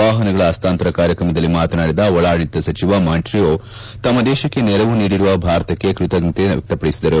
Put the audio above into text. ವಾಹನಗಳ ಹಸ್ತಾಂತರ ಕಾರ್ಯಕ್ರಮದಲ್ಲಿ ಮಾತನಾಡಿದ ಒಳಾಡಳಿತ ಸಚಿವ ಮೊಂಟ್ರಿಯೊ ತಮ್ನ ದೇಶಕ್ಕೆ ನೆರವು ನೀಡಿರುವ ಭಾರತಕ್ಕೆ ಕೃತಜ್ಞತೆ ವ್ಯಕ್ತಪಡಿಸಿದರು